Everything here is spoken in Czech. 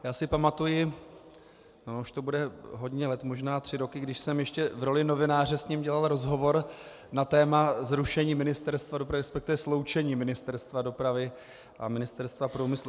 Já si pamatuji, už to bude hodně let, možná tři roky, když jsem ještě v roli novináře s ním dělal rozhovor na téma zrušení Ministerstva dopravy, resp. sloučení Ministerstva dopravy a Ministerstva průmyslu.